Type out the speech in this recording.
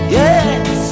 yes